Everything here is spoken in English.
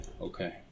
Okay